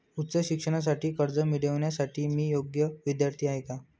उच्च शिक्षणासाठी कर्ज मिळविण्यासाठी मी योग्य विद्यार्थी आहे का?